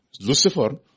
Lucifer